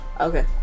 Okay